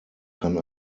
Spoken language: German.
kann